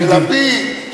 של לפיד?